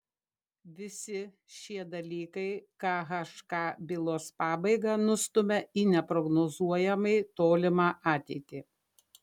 visi šie dalykai khk bylos pabaigą nustumia į neprognozuojamai tolimą ateitį